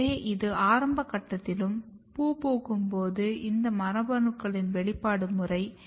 எனவே இது ஆரம்ப கட்டத்திலும் பூ பூக்கும் போது இந்த மரபணுக்களின் வெளிப்பாடு முறை